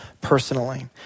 personally